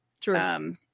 True